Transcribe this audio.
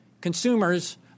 consumers